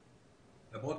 למרות,